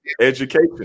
education